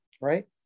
right